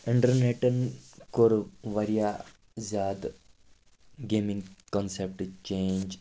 اِنٹرنیٚٹَن کوٚر واریاہ زیادٕ گیمِنٛگ کَنسیٚپٹہٕ چینٛج